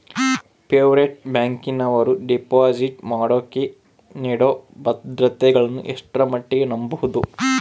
Private ಬ್ಯಾಂಕಿನವರು deposit ಮಾಡೋಕೆ ನೇಡೋ ಭದ್ರತೆಗಳನ್ನು ಎಷ್ಟರ ಮಟ್ಟಿಗೆ ನಂಬಬಹುದು?